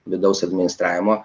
vidaus administravimo